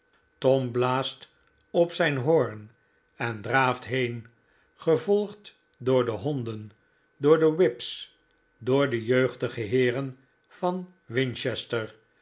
tom blaast op zijn hoorn en draaft heen gevolgd door de honden door de whips door de jeugdige heeren van